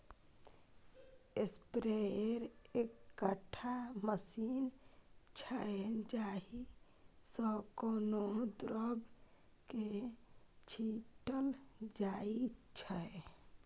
sprayer एकटा machine छै जाहि सँ कोनो द्रब केँ छीटल जाइ छै